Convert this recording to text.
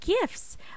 gifts